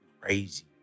crazy